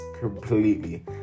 completely